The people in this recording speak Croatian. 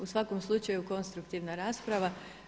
U svakom slučaju konstruktivna rasprava.